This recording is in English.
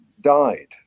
died